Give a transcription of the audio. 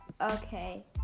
Okay